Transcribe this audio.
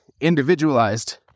individualized